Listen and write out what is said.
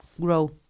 grow